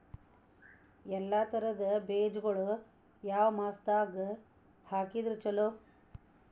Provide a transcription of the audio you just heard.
ಎಲ್ಲಾ ತರದ ಬೇಜಗೊಳು ಯಾವ ಮಾಸದಾಗ್ ಹಾಕಿದ್ರ ಛಲೋ?